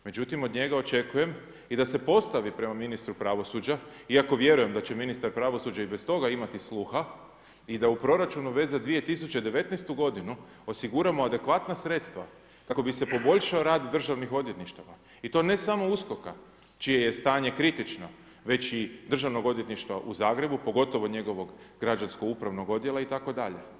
Međutim od njega očekujem i da se postavi prema ministru pravosuđa iako vjerujem da će ministar pravosuđa i bez toga imati sluha i da proračunu već za 2019. godinu osiguramo adekvatna sredstva kako bi se poboljšao rad državnih odvjetništava i to ne samo USKOK-a čije je stanje kritično već i Državnog odvjetništva u Zagrebu, pogotovo njegovog građansko-upravnog odjela itd.